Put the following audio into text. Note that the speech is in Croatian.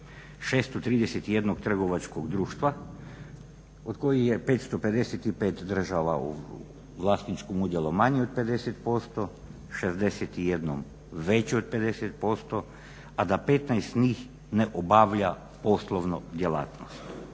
631 trgovačkog društva od kojih je 555 država u vlasničkom udjelu manje od 50%, 61 veću od 50%, a da 15 njih ne obavlja poslovnu djelatnost.